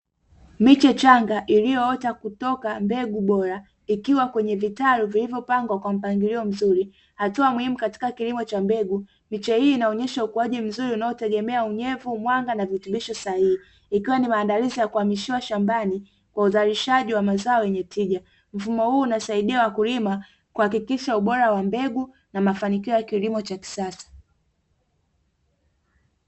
Miche changa iliyoota kutoka mbegu bora ikiwa kwenye vitalu vilivyopangwa kwa mpangilio mzuri, hatua muhimu katika kilimo cha mbegu, hii inaonyesha ukuaji mzuri unaotegemea unyevu mwanga na virutubisho sahihi ikiwa ni maandalizi ya kuhamishwa ndani kwa uzalishaji wa mazao yenye tija mfumo huu unasaidia wakulima kuhakikisha ubora wa mbegu na mafanikio ya kilimo cha kisasa.